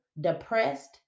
depressed